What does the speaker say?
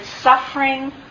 suffering